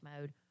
mode